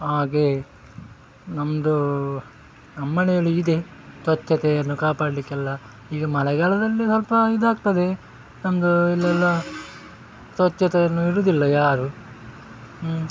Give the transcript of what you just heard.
ಹಾಗೆ ನಮ್ಮದು ನಮ್ಮನೆಯಲ್ಲಿ ಇದೆ ಸ್ವಚ್ಛತೆಯನ್ನು ಕಾಪಾಡಲಿಕ್ಕೆಲ್ಲ ಈಗ ಮಳೆಗಾಲದಲ್ಲಿ ಸ್ವಲ್ಪ ಇದಾಗ್ತದೆ ನಮ್ಮದು ಇಲ್ಲೆಲ್ಲ ಸ್ವಚ್ಛತೆಯನ್ನು ಇಡೋದಿಲ್ಲ ಯಾರು ಹುಂ